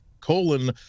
colon